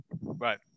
Right